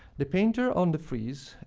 the painter on the frieze.